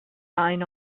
sign